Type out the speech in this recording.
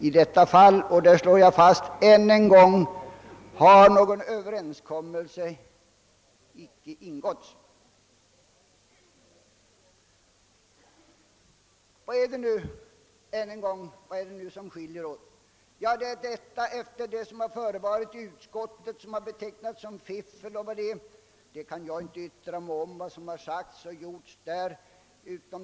I detta fall — det slår jag fast än en gång — har någon överenskommelse inte träffats. Vad är det nu som skiljer oss? Vad som förevarit i utskottet har betecknats som fiffel och allt möjligt annat. Jag kan inte yttra mig om vad som sagts och gjorts i utskottet.